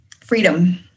Freedom